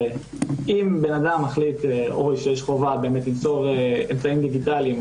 אם בן אדם מחליט או שיש חובה למסור אמצעים דיגיטליים,